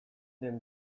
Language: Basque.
den